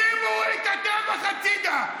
שימו את הטבח הצידה.